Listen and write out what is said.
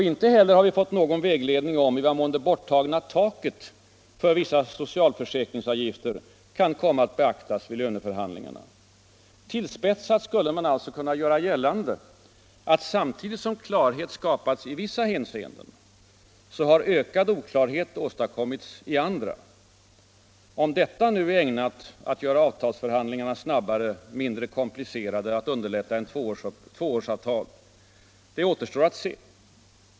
Inte heller har vi ännu fått någon vägledning om i vad mån det borttagna taket för vissa socialförsäkringsavgifter kan komma att beaktas vid löneförhandlingar. Tillspetsat skulle man alltså kunna göra gällande, att samtidigt som klarhet skapas i vissa hänseenden har ökad oklarhet åstadkommits i andra. Om detta är ägnat att göra avtalsförhandlingarna snabbare och mindre komplicerade och att underlätta ett tvåårsavtal återstår att se.